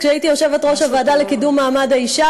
כשהייתי יושבת-ראש הוועדה לקידום מעמד האישה